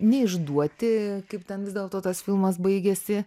neišduoti kaip ten vis dėlto tas filmas baigėsi